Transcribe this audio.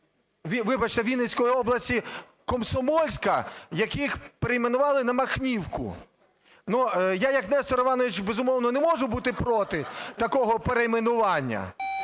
вибачте, Вінницької області, Комсомольська, який перейменували на Махнівку. Ну я як Нестор Іванович, безумовно, не можу бути проти такого перейменування,